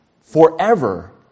forever